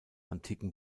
antiken